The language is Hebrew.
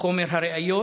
חומר הראיות,